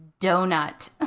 donut